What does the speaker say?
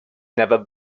never